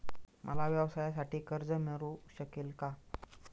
मला व्यवसायासाठी कर्ज मिळू शकेल का?